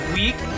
week